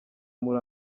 muri